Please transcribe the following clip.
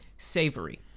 Savory